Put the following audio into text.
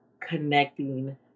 connecting